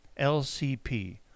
LCP